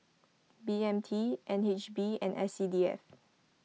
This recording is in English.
B M T N H B and S C D F